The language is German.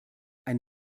ein